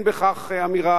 אין בכך אמירה